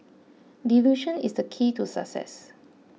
delusion is the key to success